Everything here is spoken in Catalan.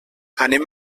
anem